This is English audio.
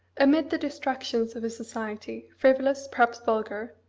amid the distractions of a society, frivolous, perhaps vulgar,